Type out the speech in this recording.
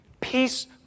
Peace